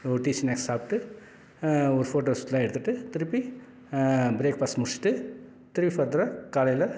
ஒரு tea snacks சாப்பிட்டு ஒரு ஃபோட்டோஷூட்லாம் எடுத்துகிட்டு திருப்பி பிரேக்ஃபாஸ்ட் முடிச்சிட்டு திருப்பி ஃபர்தராக காலையில்